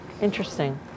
Interesting